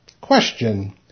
Question